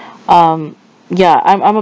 um ya I'm I'm a